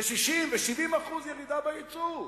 זה 60% ו-70% ירידה ביצוא.